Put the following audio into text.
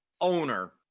owner